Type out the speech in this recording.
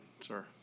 sir